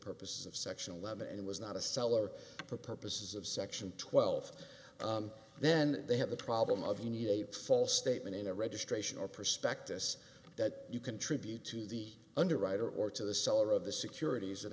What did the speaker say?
purposes of section eleven and was not a seller for purposes of section twelve then they have a problem of you need a false statement in a registration or prospectus that you contribute to the underwriter or to the seller of the securities and